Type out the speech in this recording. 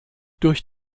durch